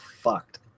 fucked